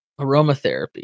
Aromatherapy